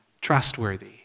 trustworthy